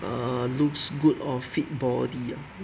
err looks good or fit body ah